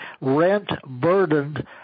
rent-burdened